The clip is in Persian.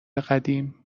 قدیم